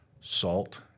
salt